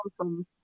awesome